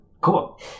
Cool